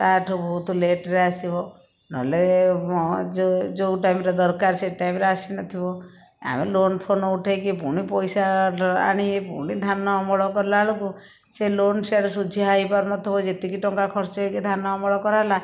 ତା'ଠୁ ବହୁତ ଲେଟରେ ଆସିବ ନହେଲେ ଯେଉଁ ଯେଉଁ ଟାଇମରେ ଦରକାର ସେଇ ଟାଇମରେ ଆସିନଥିବ ଆମେ ଲୋନ ଫୋନ ଉଠେଇକି ପୁଣି ପଇସା ଆଣି ପୁଣି ଧାନ ଅମଳ କଲା ବେଳକୁ ସେ ଲୋନ ସିଆଡ଼େ ସୁଝା ହୋଇ ପାରୁନଥିବ ଯେତିକି ଟଙ୍କା ଖର୍ଚ୍ଚ ହେଇକି ଧାନ ଅମଳ କରାଗଲା